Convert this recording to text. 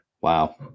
Wow